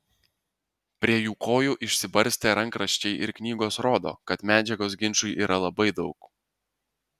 prie jų kojų išsibarstę rankraščiai ir knygos rodo kad medžiagos ginčui yra labai daug